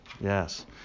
Yes